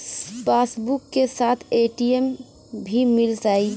Passbook के साथ ATM भी मील जाई?